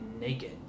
naked